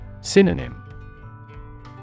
Synonym